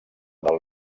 del